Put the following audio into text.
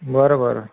बरं बरं